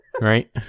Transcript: right